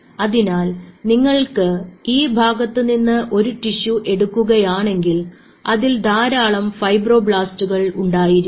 അതിനാൽ നിങ്ങൾ ഈ ഭാഗത്തുനിന്ന് ഒരു ടിഷ്യു എടുക്കുകയാണെങ്കിൽ അതിൽ ധാരാളം ഫൈബ്രോബ്ലാസ്റ്റുകൾ ഉണ്ടായിരിക്കും